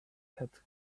had